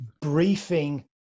briefing